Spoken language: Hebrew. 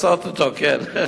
למסות אותו, כן.